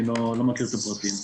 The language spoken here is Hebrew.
אני לא מכיר את הפרטים.